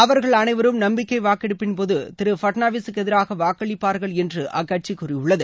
அவர்கள் அனைவரும் நம்பிக்கை வாக்கெடுப்பின்போது திரு பட்னாவிகக்கு எதிராக வாக்களிப்பார்கள் என்று அக்கட்சி கூறியுள்ளது